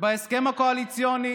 בהסכם הקואליציוני,